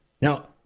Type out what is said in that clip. Now